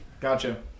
Gotcha